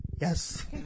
Yes